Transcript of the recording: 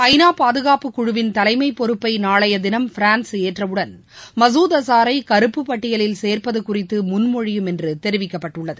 ஐநா பாதுகாப்பு குழுவின் தலைமைப் பொறுப்பை நாளைய தினம் பிரான்ஸ் ஏற்றவுடன் மசூத் அசாரை கருப்பு பட்டியலில் சேர்ப்பது குறித்து முன்மொழியும் என்று தெரிவிக்கப்பட்டுள்ளது